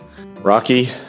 Rocky